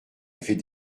avait